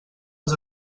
els